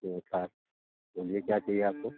जी sir बोलिए क्या चाहिए आपको